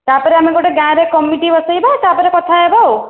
ତା'ପରେ ଆମେ ଗୋଟେ ଗାଁରେ କମିଟି ବସାଇବା ତା'ପରେ କଥା ହେବା ଆଉ